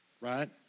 right